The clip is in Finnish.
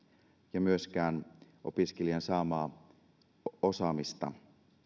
ja myöskään opiskelijan saamaa osaamista